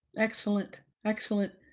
excellent. excellent.